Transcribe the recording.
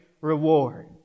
reward